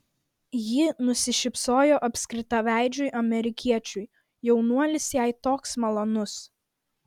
ji nusišypsojo apskritaveidžiui amerikiečiui jaunuolis jai toks malonus